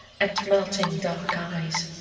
and melting dark eyes.